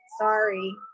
sorry